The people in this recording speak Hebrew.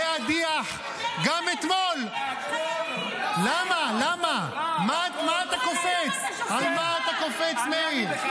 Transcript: להדיח ---- כל היום אתה שופך רעל --- חיילים.